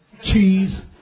cheese